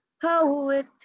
poet